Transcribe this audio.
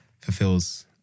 fulfills